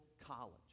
college